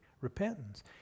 repentance